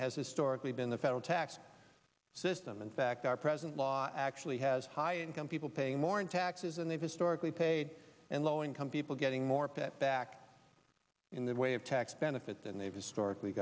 has historically been the federal tax system in fact our present law actually has high income people paying more in taxes and they've historically paid and low income people getting more that back in the way of tax benefits and they've historically